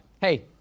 Hey